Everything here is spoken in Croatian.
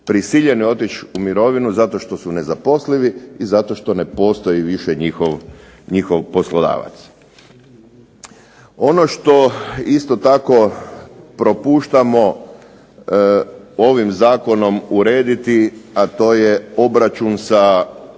prisiljeni otići u mirovinu zato što su nezaposlivi i zato što ne postoji više njihov poslodavac. Ono što isto tako propuštamo ovim zakonom urediti, a to je obračun sa